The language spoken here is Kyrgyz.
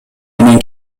менен